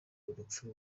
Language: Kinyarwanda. urupfu